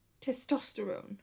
Testosterone